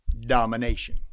Domination